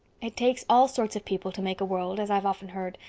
it takes all sorts of people to make a world, as i've often heard,